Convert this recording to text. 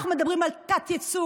אנחנו מדברים על תת-ייצוג